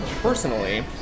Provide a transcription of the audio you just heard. personally